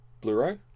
Blu-ray